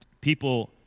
people